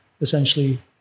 essentially